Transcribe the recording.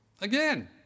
Again